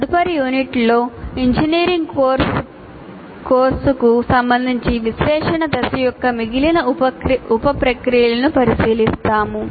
తదుపరి యూనిట్లో ఇంజనీరింగ్ కోర్సుకు సంబంధించి విశ్లేషణ దశ యొక్క మిగిలిన ఉప ప్రక్రియలను పరిశీలిస్తాము